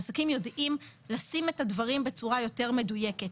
העסקים יודעים לשים את הדברים בצורה יותר מדויקת.